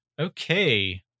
okay